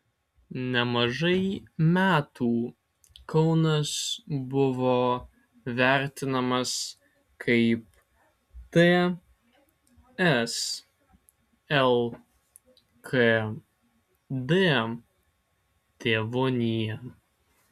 nemažai metų kaunas buvo vertinamas kaip ts lkd tėvonija